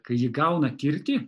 kai ji gauna kirtį